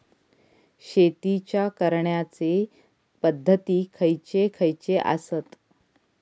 शेतीच्या करण्याचे पध्दती खैचे खैचे आसत?